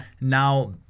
Now